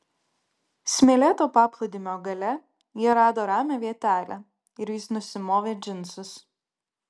smėlėto paplūdimio gale jie rado ramią vietelę ir jis nusimovė džinsus